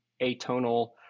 atonal